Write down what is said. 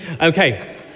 Okay